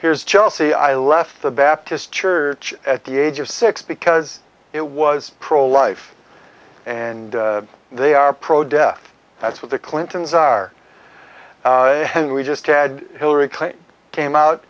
here's chelsea i left the baptist church at the age of six because it was pro life and they are pro death that's what the clintons are then we just had hillary clinton came out